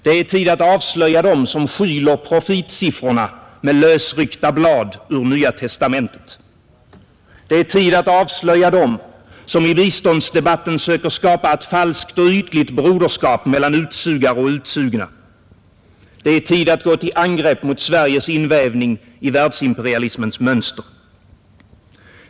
Det är tid att avslöja dem som skyler profitsiffrorna med lösryckta blad ur Nya testamentet. Det är tid att avslöja dem som i biståndsdebatten söker skapa ett falskt och ytligt broderskap mellan utsugare och utsugna. Det är tid att gå till angrepp mot Sveriges invävning i världsimperialismens mönster.